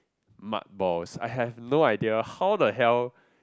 mud balls I have no idea how the hell